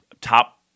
top